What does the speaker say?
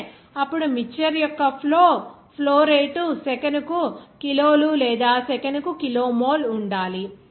05 metre అయితే అప్పుడు mixture యొక్క ఫ్లో రేటు సెకనుకు కిలోలు లేదా సెకనుకు కిలోమోల్ ఉండాలి